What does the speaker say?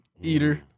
eater